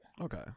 Okay